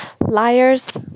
liars